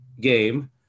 game